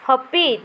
ᱦᱟᱹᱯᱤᱫ